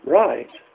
right